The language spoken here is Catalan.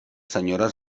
senyores